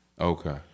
Okay